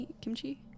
Kimchi